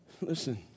Listen